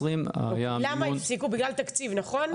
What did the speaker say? למה הפסיקו, בגלל תקציב, נכון?